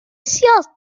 delicioso